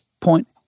point